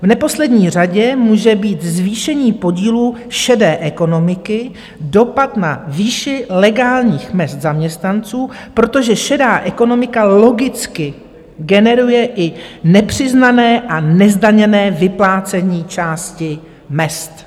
V neposlední řadě může mít zvýšení podílu šedé ekonomiky dopad na výši legálních mezd zaměstnanců, protože šedá ekonomika logicky generuje i nepřiznané a nezdaněné vyplácení části mezd.